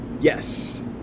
Yes